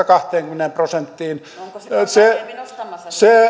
kahteenkymmeneen prosenttiin se